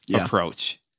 approach